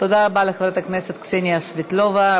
תודה רבה לחברת הכנסת קסניה סבטלובה.